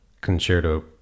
concerto